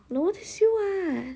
no that's you [what]